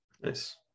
Nice